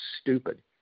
stupid